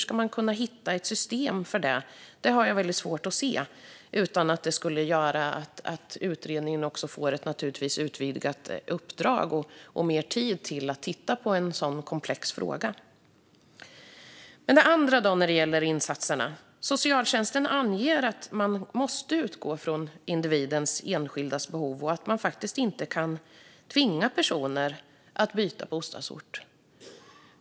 Jag har svårt att se hur ska man kunna hitta ett system utan att utredningen får ett utvidgat uppdrag och mer tid till att titta på en så komplex fråga. I fråga om insatserna anger socialtjänsten att man måste utgå från individens enskilda behov och att man inte kan tvinga personer att byta bostadsort.